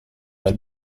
dal